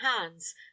hands